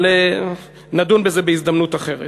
אבל נדון בזה בהזדמנות אחרת.